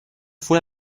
fue